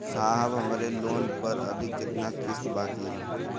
साहब हमरे लोन पर अभी कितना किस्त बाकी ह?